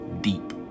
deep